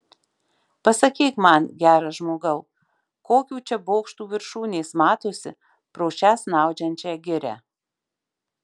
pasakyk man geras žmogau kokių čia bokštų viršūnės matosi pro šią snaudžiančią girią